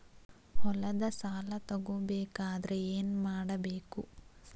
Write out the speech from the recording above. ಹೊಲದ ಸಾಲ ತಗೋಬೇಕಾದ್ರೆ ಏನ್ಮಾಡಬೇಕು?